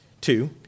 Two